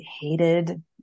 hated